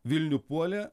vilnių puolė